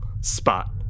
spot